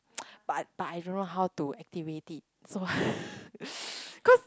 but but I don't know how to activate it so cause